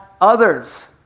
others